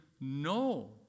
no